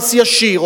מס ישיר,